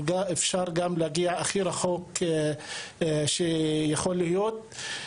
אפשר גם להגיע הכי רחוק שיכול להיות.